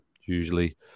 usually